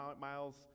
miles